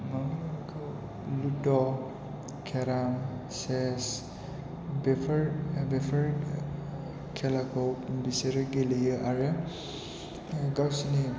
लुड' carrom chess बेफोर बेफोर खेलाखौ बिसोरो गेलेयो आरो गावसोरनि